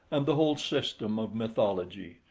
and the whole system of mythology,